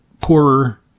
poorer